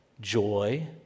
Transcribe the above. joy